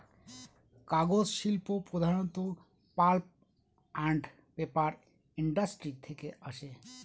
কাগজ শিল্প প্রধানত পাল্প আন্ড পেপার ইন্ডাস্ট্রি থেকে আসে